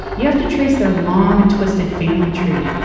you have to trace their long and twisted family tree,